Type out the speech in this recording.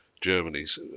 Germany's